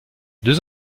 deux